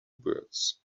birds